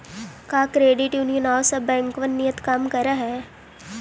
का credit union आउ सब बैंकबन नियन ही काम कर हई?